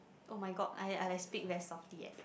oh-my-god I I like speak very softly eh